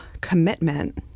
commitment